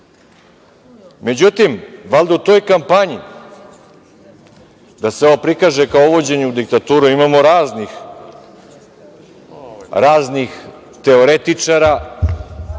odredbu.Međutim, valjda u toj kampanji da se ovo prikaže kao uvođenje u diktaturu imamo raznih teoretičara,